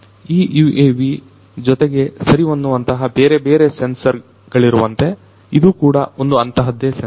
ಈ UAV ಜೊತೆ ಸರಿಹೊಂದುವಂತಹ ಬೇರೆಬೇರೆ ಸೆನ್ಸರ್ ಗಳಿರುವಂತೆಇದು ಕೂಡ ಒಂದು ಅಂತಹದ್ದೆ ಸೆನ್ಸರ್